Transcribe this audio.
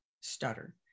stutter